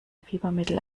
fiebermittel